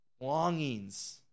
longings